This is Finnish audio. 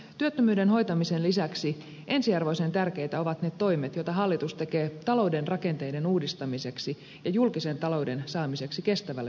työttömyyden hoitamisen lisäksi ensiarvoisen tärkeitä ovat ne toimet joita hallitus tekee talouden rakenteiden uudistamiseksi ja julkisen talouden saamiseksi kestävälle pohjalle